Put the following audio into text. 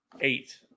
eight